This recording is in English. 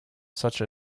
such